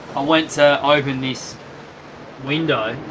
ah went to open this window